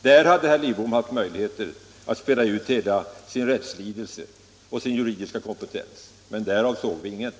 Där hade herr Lidbom haft möjligheter att spela ut hela sin rättslidelse och sin juridiska kompetens, men därav såg vi intet.